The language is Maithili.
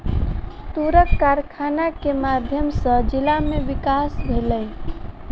तूरक कारखाना के माध्यम सॅ जिला में विकास भेलै